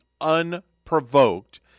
unprovoked